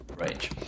range